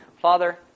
Father